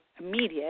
immediate